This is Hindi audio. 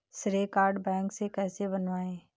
श्रेय कार्ड बैंक से कैसे बनवाएं?